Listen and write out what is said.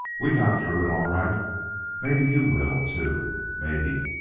we got through it all right maybe you will, too maybe!